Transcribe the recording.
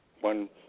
one